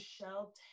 Michelle –